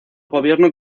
gobierno